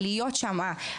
להיות שם,